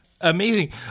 Amazing